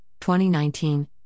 2019